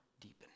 deepen